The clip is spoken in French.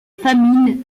famine